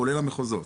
כולל המחוזות.